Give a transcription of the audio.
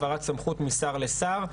העברת סמכות משר לשר,